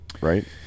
right